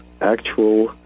actual